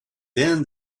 then